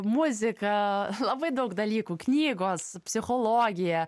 muzika labai daug dalykų knygos psichologija